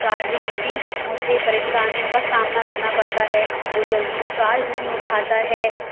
charging میں بھی مجھے پریشانیوں کا سامنا کرنا پڑتا ہے وہ جلدی چارج نہیں اٹھاتا ہے